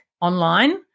online